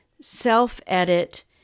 self-edit